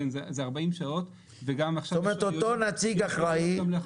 זה 40 שעות וגם --- זאת אומרת אותו נציג אחראי